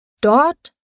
Dort